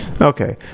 Okay